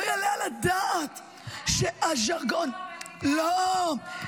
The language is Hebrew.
שהז'רגון --- במדינת ישראל.